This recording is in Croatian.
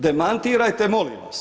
Demantirajte, molim vas.